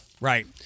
Right